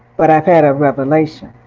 but i've had a revelation,